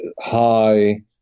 high